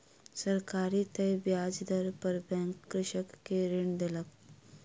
सरकारी तय ब्याज दर पर बैंक कृषक के ऋण देलक